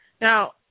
Now